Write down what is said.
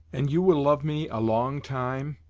and you will love me a long time?